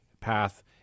path